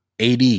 AD